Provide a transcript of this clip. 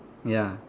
ya